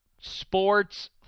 sports